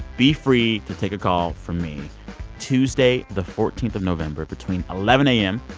be free to take a call from me tuesday the fourteen of november between eleven a m.